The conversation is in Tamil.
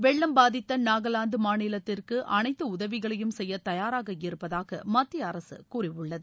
வெள்ளம் பாதித்த நாகாலாந்து மாநிலத்திற்கு அனைத்து உதவிகளையும் செய்ய தயாராக இருப்பதாக மத்திய அரசு கூறியுள்ளது